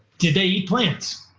did they eat plants?